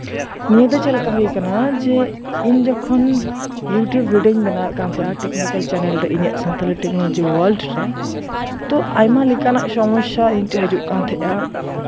ᱱᱤᱭᱟᱹ ᱫᱚ ᱪᱮᱫ ᱞᱮᱠᱟ ᱦᱩᱭ ᱟᱠᱟᱱᱟ ᱡᱮ ᱤᱧ ᱡᱚᱠᱷᱚᱱ ᱤᱭᱩᱴᱩᱵᱽ ᱵᱷᱤᱰᱭᱳᱧ ᱵᱮᱱᱟᱣᱭᱮᱫ ᱠᱟᱱ ᱛᱟᱦᱮᱸᱱᱟ ᱴᱮᱠᱱᱤᱠᱮᱞ ᱪᱮᱱᱮᱞ ᱨᱮ ᱤᱧᱟᱹᱜ ᱥᱟᱱᱛᱟᱞᱤ ᱴᱮᱠᱱᱳᱞᱚᱡᱤ ᱳᱣᱟᱨᱞᱰᱨᱮ ᱛᱳ ᱟᱭᱢᱟ ᱞᱮᱠᱟᱱᱟᱜ ᱥᱚᱢᱚᱥᱥᱟ ᱤᱧ ᱴᱷᱮᱡ ᱦᱤᱡᱩᱜ ᱠᱟᱱ ᱛᱟᱦᱮᱸᱡᱼᱟ